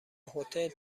هتل